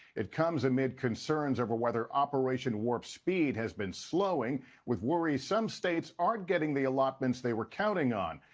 it comes amid concerns over whether operation warp speed has been slowing with worries some states aren't getting the allotments they were counting on.